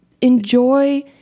enjoy